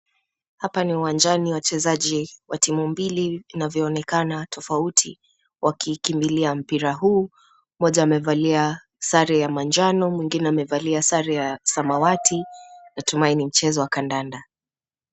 Hapa ni uwanjani. Wachezaji wa timu mbili inavyoonekana tofauti wakikimbilia mpira huu. Mmoja amevalia sare ya manjano mwingine amevalia sare ya samawati. Natumai ni mchezo wa kandanda.